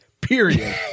period